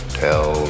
tell